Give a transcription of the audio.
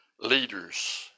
leaders